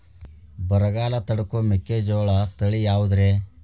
ಬರಗಾಲ ತಡಕೋ ಮೆಕ್ಕಿಜೋಳ ತಳಿಯಾವುದ್ರೇ?